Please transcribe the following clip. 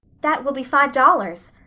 that will be five dollars.